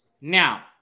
Now